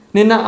Nina